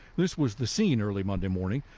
this was the scene early monday morning.